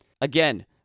again